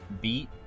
beat